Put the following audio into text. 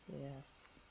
Yes